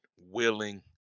willing